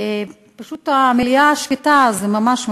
פשוט המליאה שקטה, אז זה ממש מפריע.